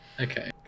Okay